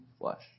flesh